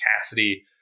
Cassidy